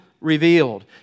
revealed